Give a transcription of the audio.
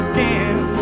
Again